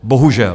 Bohužel.